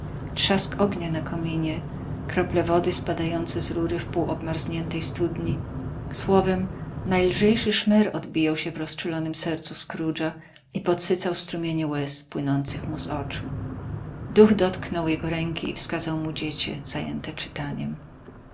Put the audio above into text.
trzask ognia na kominie krople wody spadające z rury wpół obmarzniętej studni słowem najlżejszy szmer odbijał się w rozczulonem sercu scroogea i podsycał strumienie łez płynących mu z oczu duch dotknął jego ręki i wskazał mu dziecię zajęte czytaniem